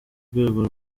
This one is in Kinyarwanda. rwego